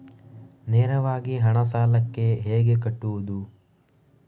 ನೇರವಾಗಿ ಹಣ ಸಾಲಕ್ಕೆ ಹೇಗೆ ಕಟ್ಟುವುದು?